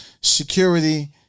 security